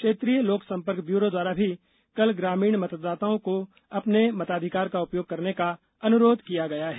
क्षेत्रीय लोक संपर्क ब्यूरो द्वारा भी कल ग्रामीण मतदाताओं से अपने मताधिकार का उपयोग करने का अनुरोध किया गया है